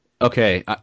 Okay